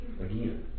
Again